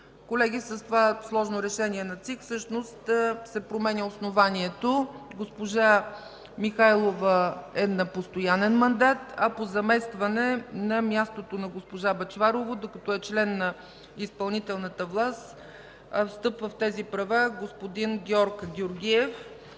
Колеги, с това сложно решение на ЦИК всъщност се променя основанието. Госпожа Михайлова е на постоянен мандат, а по заместване на мястото на госпожа Бъчварова, докато е член на изпълнителната власт, встъпва в тези права господин Георг Георгиев,